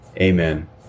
amen